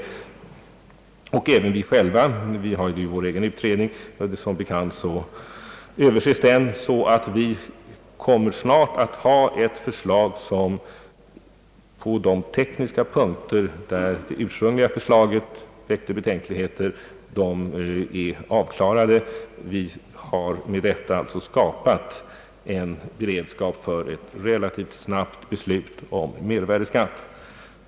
Som bekant överses vår egen utredning, och det kommer att föreligga ett förslag som gör att de tekniska punkter, där det ursprungliga förslaget väckte betänkligheter, klaras av. Vi har med detta således skapat en beredskap för ett relativt snabbt beslut om mervärdeskatt.